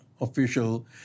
official